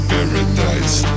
Paradise